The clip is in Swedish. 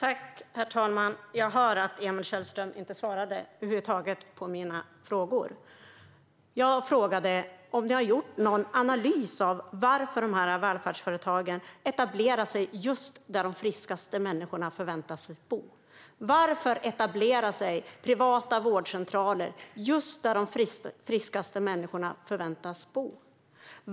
Herr talman! Emil Källström svarade över huvud taget inte på mina frågor. Jag frågade om ni har gjort någon analys av varför dessa välfärdsföretag etablerar sig just där de friskaste människorna förväntas bo. Varför etablerar sig privata vårdcentraler just där de friskaste människorna förväntas bo?